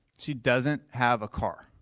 she doesn't have a car